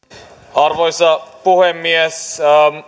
arvoisa puhemies